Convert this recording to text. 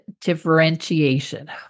differentiation